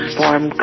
form